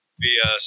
via